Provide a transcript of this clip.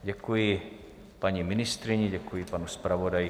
Děkuji paní ministryni, děkuji panu zpravodaji.